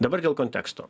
dabar dėl konteksto